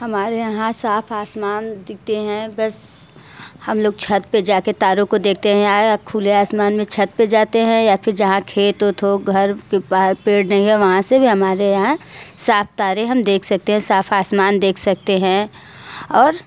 हमारे यहाँ साफ़ आसमान दिखते हैं बस हम लोग छत्त पर जा के तारों को देखते हैं आए खुले आसमान में छत्त पर जाते हैं या फिर जहाँ खेत उत हो घर के बाहर पेड़ नहीं हैं वहाँ से भी हमारे यहाँ साफ़ तारे देख सकते हैं साफ़ आसमान देख सकते हैं और